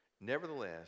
nevertheless